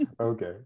Okay